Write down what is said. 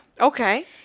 Okay